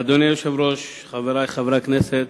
אדוני היושב-ראש, חברי חברי הכנסת,